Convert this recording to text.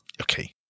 Okay